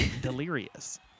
Delirious